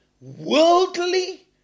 Worldly